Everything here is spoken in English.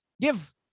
give